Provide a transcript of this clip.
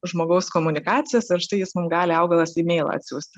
žmogaus komunikacijos ir štai jis mum gali augalas imeilą atsiųsti